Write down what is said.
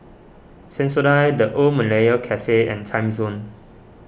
Sensodyne the Old Malaya Cafe and Timezone